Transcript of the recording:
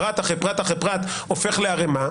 פרט אחרי פרט אחרי פרט הופך לערמה,